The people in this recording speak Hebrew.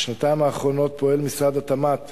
בשנתיים האחרונות פועל משרד התמ"ת